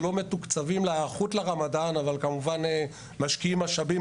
אנחנו לא מתוקצבים להיערכות לרמדאן אבל כמובן משקיעים משאבים